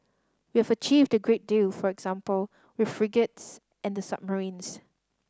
we've achieved a great deal for example with frigates and the submarines